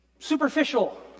superficial